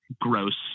gross